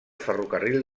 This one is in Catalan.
ferrocarril